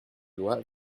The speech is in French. loi